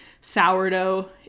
sourdough